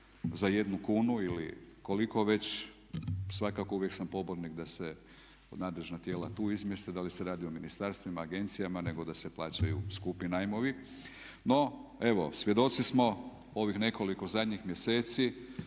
za jednu kunu ili koliko već. Svakako uvijek sam pobornik da se nadležna tijela tu izmjeste, da li se radi o ministarstvima, agencijama, nego da se plaćaju skupi najmovi. No evo svjedoci smo ovih nekoliko zadnjih mjeseci